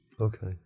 Okay